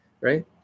right